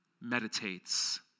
meditates